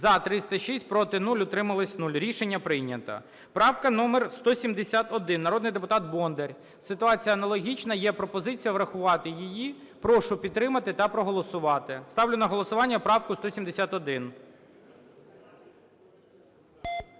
За-306 Проти – 0, утримались – 0. Рішення прийнято. Правка номер 171, народний депутат Бондар. Ситуація аналогічна, є пропозиція врахувати її, прошу підтримати та проголосувати. Ставлю на голосування правку 171.